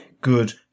good